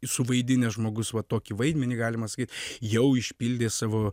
suvaidinęs žmogus va tokį vaidmenį galima sakyt jau išpildė savo